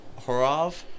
Horov